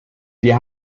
wir